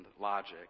logic